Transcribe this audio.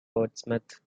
portsmouth